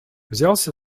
взялся